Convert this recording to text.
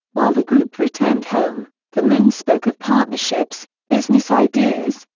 while the group returned home, the men spoke of partnerships, business idea's,